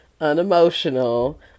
unemotional